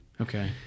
Okay